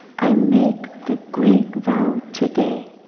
i make the great vow today